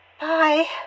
Bye